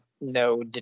no